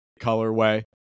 colorway